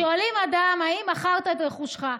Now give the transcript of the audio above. שואלים אדם: האם מכרת את רכושך?